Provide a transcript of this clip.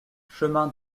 chemin